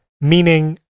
meaning